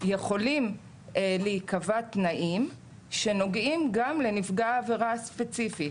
יכולים להיקבע תנאים שנוגעים גם לנפגע העבירה הספציפי,